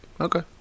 okay